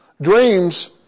dreams